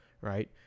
right